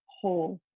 whole